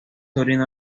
sobrino